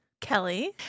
Kelly